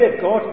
God